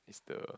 it's the